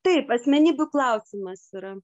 taip asmenybių klausimas yra